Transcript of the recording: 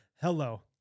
Hello